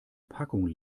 packung